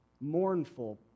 mournful